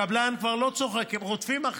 הקבלן כבר לא צוחק, הם רודפים אחריהם.